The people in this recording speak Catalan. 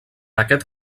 aquest